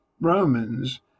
Romans